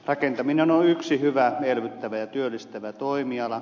rakentaminen on yksi hyvä elvyttävä ja työllistävä toimiala